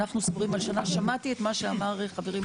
לשכת ממונה על זרוע העבודה,